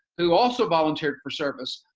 who also volunteered for service.